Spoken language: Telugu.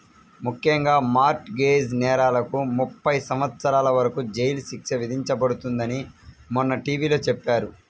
ముఖ్యంగా మార్ట్ గేజ్ నేరాలకు ముప్పై సంవత్సరాల వరకు జైలు శిక్ష విధించబడుతుందని మొన్న టీ.వీ లో చెప్పారు